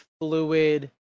fluid